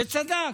וצדקת.